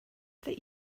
that